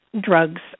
drugs